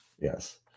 Yes